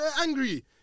angry